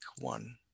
one